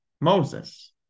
Moses